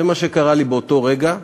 זה מה שקרה לי באותו רגע.